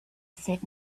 said